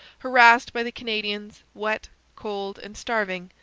harassed by the canadians, wet, cold, and starving,